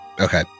Okay